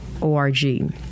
org